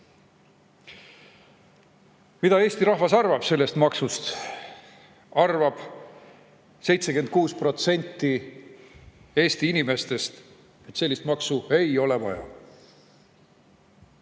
Mida Eesti rahvas arvab sellest maksust? 76% Eesti inimestest arvab, et sellist maksu ei ole vaja.